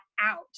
out